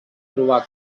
trobar